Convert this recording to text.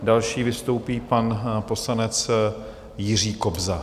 Další vystoupí pan poslanec Jiří Kobza.